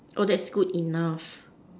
oh that's good enough